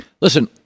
Listen